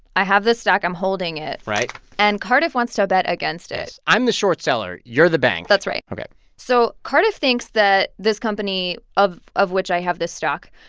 i have this stock. i'm holding it right and cardiff wants to bet against it i'm the short seller. you're the bank that's right ok so cardiff thinks that this company of of which i have this stock.